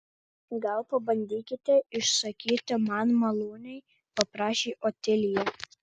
gal pabandykite išsakyti man maloniai paprašė otilija